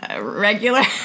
regular